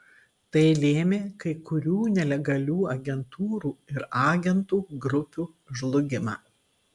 tai lėmė kai kurių nelegalių agentūrų ir agentų grupių žlugimą